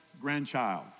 grandchild